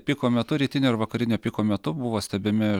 piko metu rytinio ir vakarinio piko metu buvo stebimi